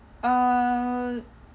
err